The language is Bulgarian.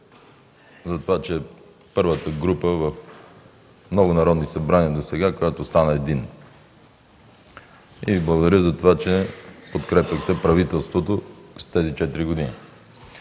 за това, че е първата група в много народни събрания досега, която остана единна. Благодаря за това, че подкрепяхте правителството през тези четири години.